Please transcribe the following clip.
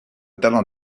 talent